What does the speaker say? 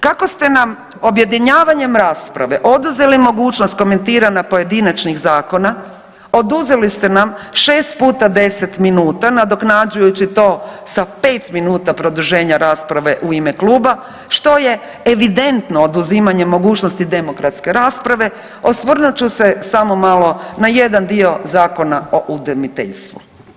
Kako ste nam objedinjavanjem rasprave oduzeli mogućnost komentiranja pojedinačnih zakona, oduzeli ste nam 6 puta 10 minuta nadoknađujući to sa pet minuta produženja rasprave u ime kluba što je evidentno oduzimanje mogućnosti demokratske rasprave, osvrnut ću se samo malo na jedan dio Zakona o udomiteljstvu.